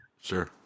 Sure